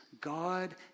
god